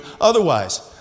otherwise